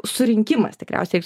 surinkimas tikriausiai